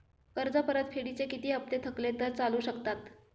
कर्ज परतफेडीचे किती हप्ते थकले तर चालू शकतात?